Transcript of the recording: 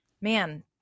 man